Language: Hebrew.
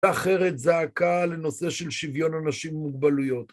אחרת זעקה לנושא של שוויון אנשים עם מוגבלויות.